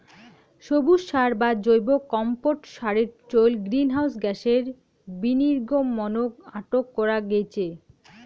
সবুজ সার বা জৈব কম্পোট সারের চইল গ্রীনহাউস গ্যাসের বিনির্গমনক আটক করা গেইচে